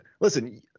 listen